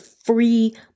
free